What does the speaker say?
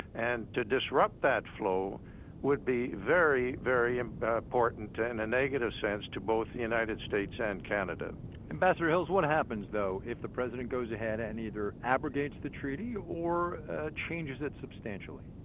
and to disrupt that flow would be very, very and important, in a negative sense, to both the united states and canada ambassador hills, what happens though, if the president goes ahead and either abrogates the treaty or changes it substantially?